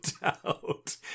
doubt